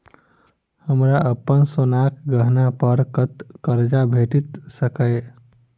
हमरा अप्पन सोनाक गहना पड़ कतऽ करजा भेटि सकैये?